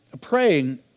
praying